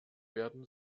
werden